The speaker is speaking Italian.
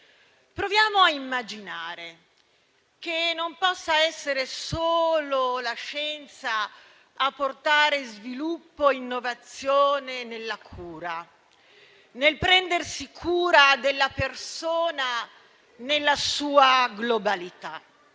Proviamo a immaginare che non possa essere solo la scienza a portare sviluppo e innovazione nella cura, nel prendersi cura della persona nella sua globalità.